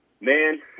Man